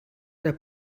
der